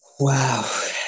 Wow